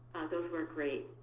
those work great.